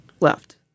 left